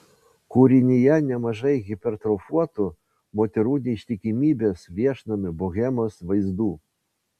kūrinyje nemažai hipertrofuotų moterų neištikimybės viešnamių bohemos vaizdų